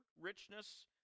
richness